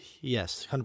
Yes